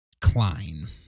Klein